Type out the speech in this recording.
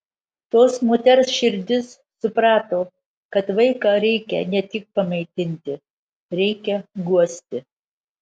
tos moters širdis suprato kad vaiką reikia ne tik pamaitinti reikia guosti